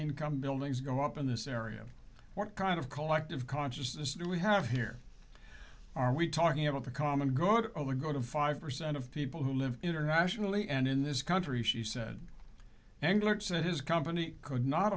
income buildings go up in this area what kind of collective consciousness do we have here are we talking about the common good the go to five percent of people who live internationally and in this country she said engler said his company could not